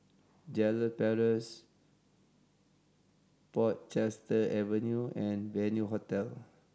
Jalan Paras Portchester Avenue and Venue Hotel